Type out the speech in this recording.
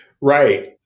Right